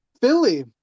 Philly